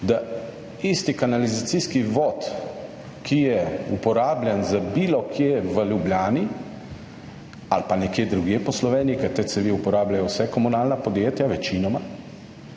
da isti kanalizacijski vod, ki je uporabljen za bilo kje v Ljubljani ali pa nekje drugje po Sloveniji, ker te cevi uporabljajo vsa komunalna podjetja večinoma